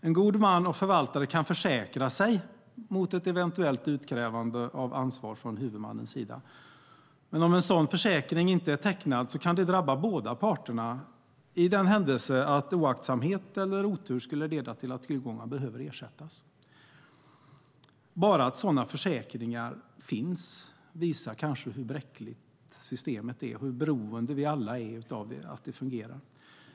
En god man och förvaltare kan försäkra sig mot ett eventuellt utkrävande av ansvar från huvudmannens sida. Men om en sådan försäkring inte är tecknad kan det drabba båda parterna i den händelse att oaktsamhet eller otur skulle leda till att tillgångar behöver ersättas. Bara att sådana försäkringar finns visar kanske hur bräckligt systemet är och hur beroende vi alla är av att det fungerar.